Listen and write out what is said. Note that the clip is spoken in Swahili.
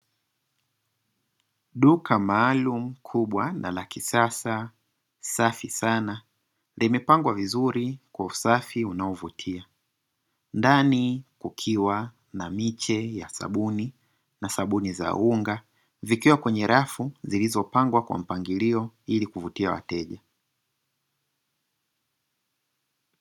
Duka maalum kubwa na la kisasa safi sana. Limepangwa vizuri kwa usafi unaovutia. Ndani kukiwa na miche ya sabuni na sabuni za unga vikiwa kwenye rafu zilizopangwa kwa mpangilio ili kuvutia wateja.